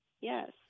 Yes